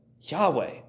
Yahweh